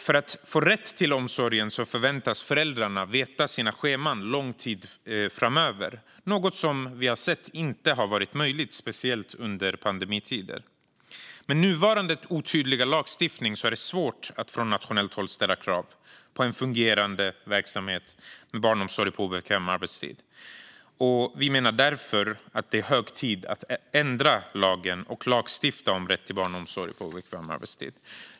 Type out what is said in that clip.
För att få rätt till omsorgen förväntas föräldrarna känna till sina scheman lång tid i förväg, något som inte alltid är möjligt, speciellt i pandemitider. Med nuvarande otydliga lagstiftning är det svårt att från nationellt håll ställa krav på en fungerande verksamhet med barnomsorg på obekväm arbetstid. Vi menar därför att det är hög tid att ändra lagen och lagstifta om rätt till barnomsorg på obekväm arbetstid.